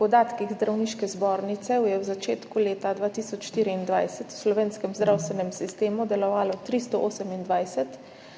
podatkih Zdravniške zbornice je na začetku leta 2024 v slovenskem zdravstvenem sistemu delovalo 328